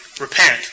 repent